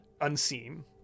unseen